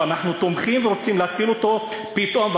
ואנחנו תומכים ורוצים להציל אותו פתאום.